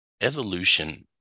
Evolution